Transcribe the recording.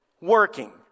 working